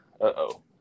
Uh-oh